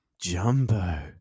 Jumbo